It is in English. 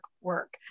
work